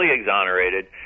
exonerated